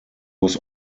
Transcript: was